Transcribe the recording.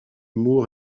humour